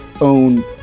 own